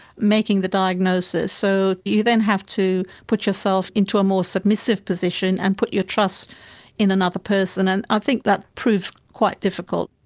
making the diagnosis. so you then have to put yourself into a more submissive position and put your trust in another person, and i think that proves quite difficult.